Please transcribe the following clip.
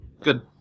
Good